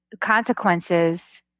consequences